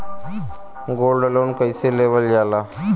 Gold loan कईसे लेवल जा ला?